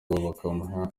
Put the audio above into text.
bakamuha